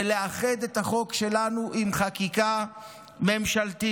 ולאחד את החוק שלנו עם חקיקה ממשלתית.